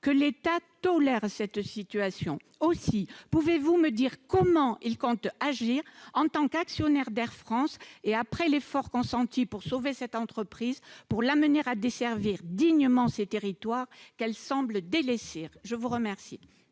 que l'État tolère cette situation. Aussi, pouvez-vous me dire comment il compte agir en tant qu'actionnaire d'Air France, et après l'effort consenti pour sauver cette entreprise, afin de la pousser à desservir dignement les territoires qu'elle semble délaisser ? La parole